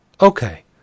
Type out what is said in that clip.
Okay